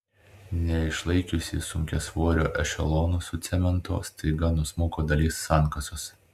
neišlaikiusi sunkiasvorio ešelono su cementu staiga nusmuko dalis sankasos